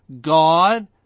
God